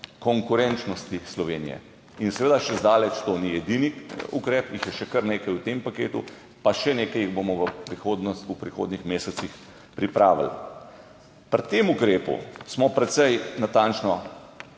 konkurenčnosti Slovenije in seveda še zdaleč to ni edini ukrep, jih je še kar nekaj v tem paketu, pa še nekaj jih bomo v prihodnosti, v prihodnjih mesecih pripravili. Pri tem ukrepu smo precej natančno